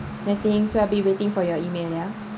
nothing so I'll be waiting for your email ya